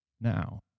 now